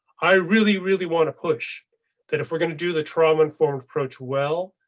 i really, really want to push that if we're going to do the trauma informed approach. well,